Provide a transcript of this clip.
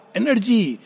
energy